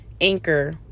Anchor